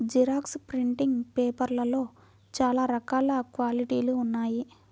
xerox printing పేపర్లలో చాలా రకాల క్వాలిటీలు ఉన్నాయి